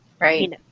right